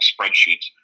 spreadsheets